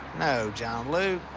no, john luke.